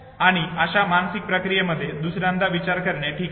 आणि अशा मानसिक प्रक्रियेमध्ये दुसऱ्यांदा विचार करणे असते ठीक आहे